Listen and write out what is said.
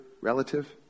relative